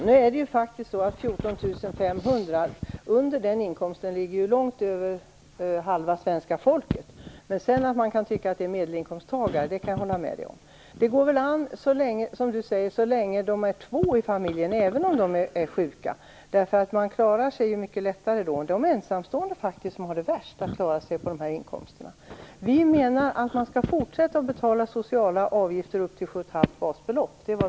Fru talman! Det är faktiskt så att mycket mer än hälften av svenska folket har inkomster under 14 500 kr. Jag kan hålla med om att man kan tycka att det är medelinkomsttagare. Det går an så länge det är två i familjen, även om de är sjuka, därför att man klarar sig mycket lättare då. Det är de ensamstående som har det svårast att klara sig på de inkomsterna. Vi menar att man skall fortsätta att betala sociala avgifter upp till 7,5 basbelopp.